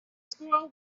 squirrel